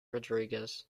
rodriguez